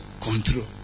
control